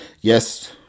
yes